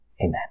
Amen